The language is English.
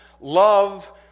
love